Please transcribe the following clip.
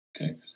okay